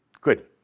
Good